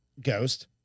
Ghost